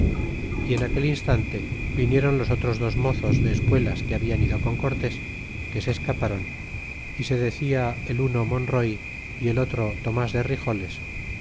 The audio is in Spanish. y en aquel instante vinieron los otros dos mozos de espuelas que hablan ido con certes quese escapron é se decia el uno monroy y el otro tomas de